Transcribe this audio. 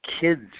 kids